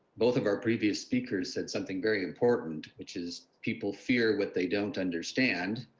both of our previous speakers said something very important which is people fear what they don't understand,